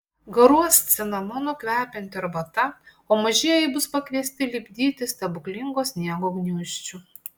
garuos cinamonu kvepianti arbata o mažieji bus pakviesti lipdyti stebuklingo sniego gniūžčių